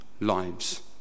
lives